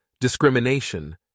discrimination